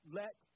let